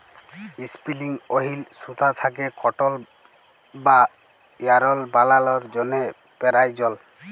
ইসপিলিং ওহিল সুতা থ্যাকে কটল বা যারল বালালোর জ্যনহে পেরায়জল